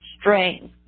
strain